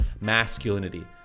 masculinity